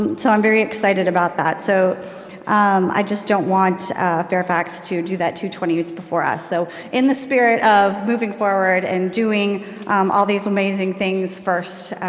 um so i'm very excited about that. so i just don't want fairfax to do that two twenty s before us. so in the spirit of moving forward and doing all these amazing things first,